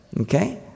okay